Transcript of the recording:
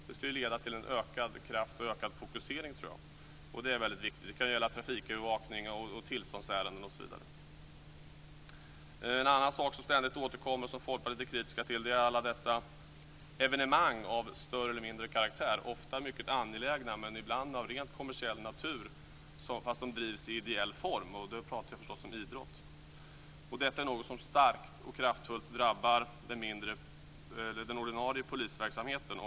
Det skulle leda till ökad kraft och ökad fokusering, tror jag. Det är väldigt viktigt. Det kan gälla trafikövervakning, tillståndsärenden osv. En annan sak som ständigt återkommer, och som Folkpartiet är kritiskt till, är alla dessa evenemang av större eller mindre karaktär. Ofta är de mycket angelägna, men ibland är de av rent kommersiell natur fast de bedrivs i ideell form. Jag pratar förstås om idrott. Det här är något som starkt och kraftfullt drabbar den ordinarie polisverksamheten.